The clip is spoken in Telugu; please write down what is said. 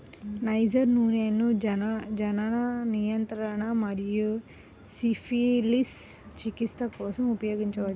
నైజర్ నూనెను జనన నియంత్రణ మరియు సిఫిలిస్ చికిత్స కోసం ఉపయోగించవచ్చు